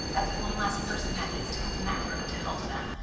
that's one less person that needs to come in that room to help them.